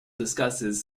discusses